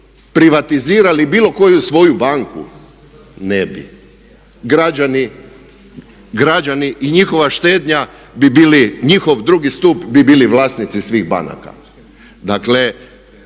privatizirali bilo koju svoju banku? Ne bi. Građani i njihova štednja bi bili, njihov drugi stup bi bili vlasnici svih banaka.